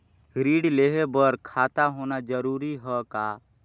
ऋण लेहे बर खाता होना जरूरी ह का?